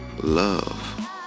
Love